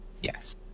Yes